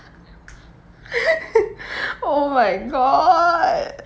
oh my god